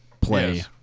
play